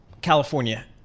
california